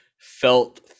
felt